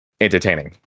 entertaining